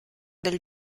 del